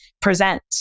present